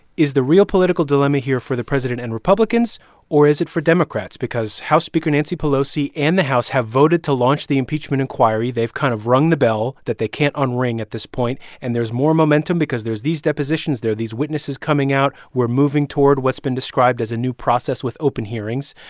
is the real political dilemma here for the president and republicans or is it for democrats? because house speaker nancy pelosi and the house have voted to launch the impeachment inquiry. they've kind of rung the bell that they can't unring at this point. and there's more momentum because there's these depositions. there are these witnesses coming out. we're moving toward what's been described as a new process with open hearings,